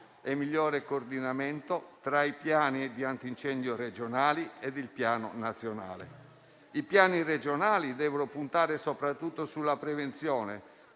e migliore coordinamento tra i piani antincendio regionali e quello nazionale. I piani regionali devono: puntare soprattutto sulla prevenzione;